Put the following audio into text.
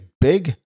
big